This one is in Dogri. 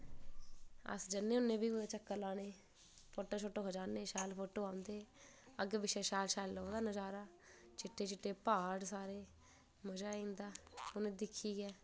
अस जन्ने होन्ने फ्ही कुदै चक्कर लाने गी फोटो खिचाने शैल फोटे आंदे अग्गैं पिछे शैल शैल लबदा नजारा चिट्टे चिट्टे पहाड़ सारे मजा आई जंदा दिखियैं